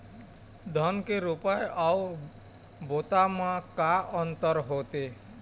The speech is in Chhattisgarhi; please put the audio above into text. धन के रोपा अऊ बोता म का अंतर होथे?